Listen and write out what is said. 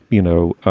you know,